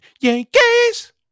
Yankees